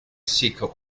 seeker